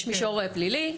יש מישור פלילי,